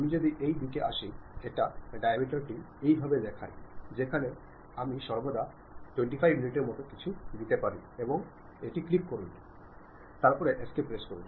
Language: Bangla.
আমি যদি এই দিকে আসি এটা ডায়ামিটারটি এইভাবে দেখায় যেখানে আমি সর্বদা 25 ইউনিটের মতো কিছু দিতে পারি এবং ক্লিক করুন ঠিক আছে তারপরে এস্কেপ প্রেস করুন